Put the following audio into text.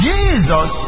Jesus